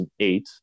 2008